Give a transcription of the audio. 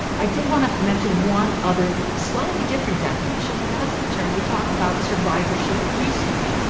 i did want to mention one other slightly different definition and that's the term we talk about survivorship research.